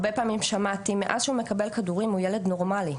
הרבה פעמים שמעתי: 'מאז שהוא מקבל כדורים הוא ילד נורמלי',